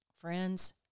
friends